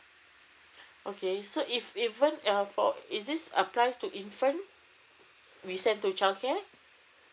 okay so it's even uh for is this applies to infant if we send to childcare